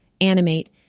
animate